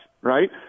right